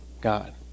God